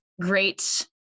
great